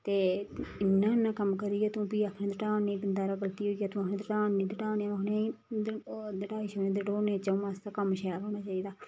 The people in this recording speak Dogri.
ते इन्ना इन्ना इन्ना कम्म करियै तूं फ्ही आखा नी धड़ान निं बिंद हारी गलती होई गेआ तूं आखनी धड़ानी धड़ानी आ'ऊं आक्खनी आऊं धड़ाने च अ'ऊं मस्त ऐ पर कम्म शैल होना चाहिदा